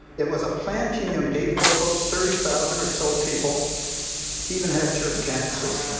it was a planned community for about thirty thousand or so people even had church campuses.